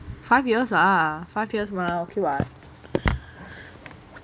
five years ah five years mah okay [what]